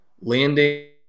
landing